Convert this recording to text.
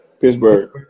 Pittsburgh